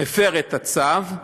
הפר את הצו,